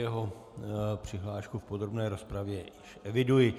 Jeho přihlášku v podrobné rozpravě eviduji.